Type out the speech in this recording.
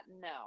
no